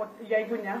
o jeigu ne